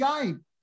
game